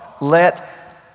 let